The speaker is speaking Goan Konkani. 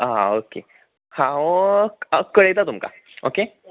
आं ओके हांव हांव कळयता तुमकां ओके